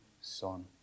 son